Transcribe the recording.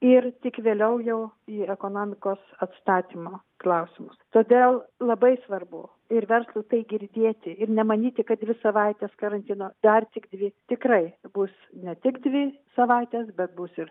ir tik vėliau jau į ekonomikos atstatymo klausimus todėl labai svarbu ir verslui tai girdėti ir nemanyti kad dvi savaites karantino dar tik dvi tikrai bus ne tik dvi savaitės bet bus ir